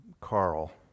Carl